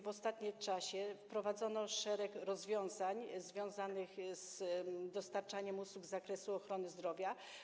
W ostatnim czasie wprowadzono m.in. szereg rozwiązań związanych z dostarczaniem usług z zakresu ochrony zdrowia.